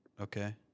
Okay